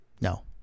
No